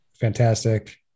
fantastic